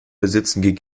besitzen